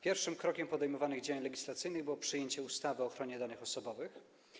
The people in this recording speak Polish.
Pierwszym krokiem podejmowanych działań legislacyjnych było przyjęcie ustawy o ochronie danych osobowych.